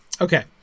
okay